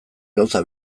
gauza